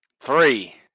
Three